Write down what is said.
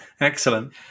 Excellent